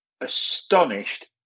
astonished